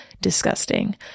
disgusting